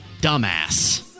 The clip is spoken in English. dumbass